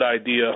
idea